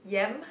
yam